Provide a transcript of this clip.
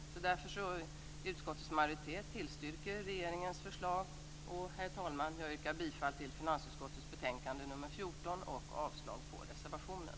Således tillstyrker utskottets majoritet regeringens förslag. Herr talman! Jag yrkar bifall till hemställan i finansutskottets betänkande nr 14 och avslag på reservationen.